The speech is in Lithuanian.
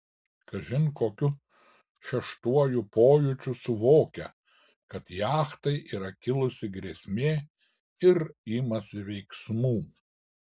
kažin kokiu šeštuoju pojūčiu suvokia kad jachtai yra kilusi grėsmė ir imasi veiksmų